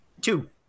Two